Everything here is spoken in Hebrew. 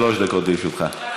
שלוש דקות לרשותך.